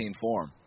form